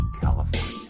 California